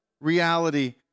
reality